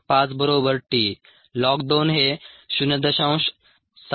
5 बरोबर t ln 2 हे 0